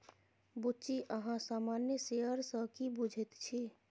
बुच्ची अहाँ सामान्य शेयर सँ की बुझैत छी?